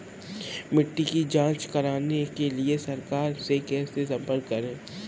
मिट्टी की जांच कराने के लिए सरकार से कैसे संपर्क करें?